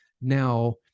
now